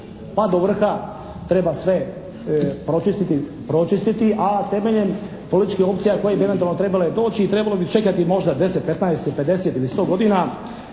pa do vrha treba sve pročistiti, pročistiti, a temeljem političkih opcija koje bi eventualno trebale doći i trebalo bi čekati možda 10, 15, 50 ili 100 godina